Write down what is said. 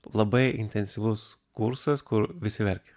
labai intensyvus kursas kur visi verkia